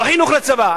לא חינוך לצבא.